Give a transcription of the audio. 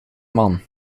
man